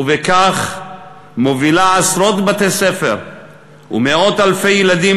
ובכך היא מובילה עשרות בתי-ספר ומאות אלפי ילדים